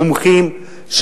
מומחים,